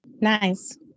Nice